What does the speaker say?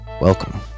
welcome